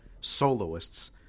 soloists